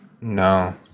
No